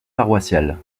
paroissiales